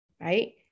right